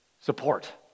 support